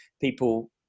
people